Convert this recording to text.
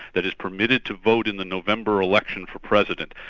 that is permitted to vote in the november election for president,